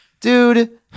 Dude